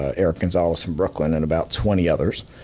ah eric gonzalez from brooklyn, and about twenty others,